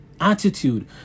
attitude